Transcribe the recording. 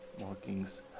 markings